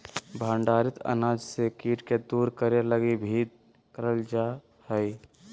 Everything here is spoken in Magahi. भंडारित अनाज से कीट के दूर करे लगी भी करल जा हइ